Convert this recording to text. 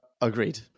agreed